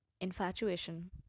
Infatuation